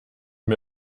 mir